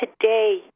today